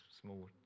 small